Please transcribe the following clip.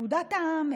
פקודת בריאות העם,